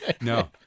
no